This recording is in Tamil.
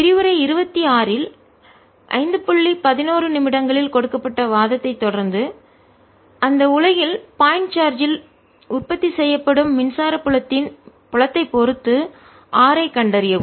விரிவுரை 26 இல் 511 நிமிடங்களில் கொடுக்கப்பட்ட வாதத்தைத் தொடர்ந்து அந்த உலகில் பாயிண்ட் சார்ஜ் ஆல் உற்பத்தி செய்யப்படும் மின்சார புலத்தின் ஐ பொறுத்து r ஐ கண்டறியவும்